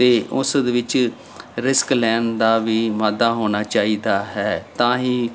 ਅਤੇ ਉਸ ਦੇ ਵਿੱਚ ਰਿਸਕ ਲੈਣ ਦਾ ਵੀ ਵਾਧਾ ਹੋਣਾ ਚਾਹੀਦਾ ਹੈ ਤਾਂ ਹੀ